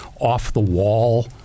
off-the-wall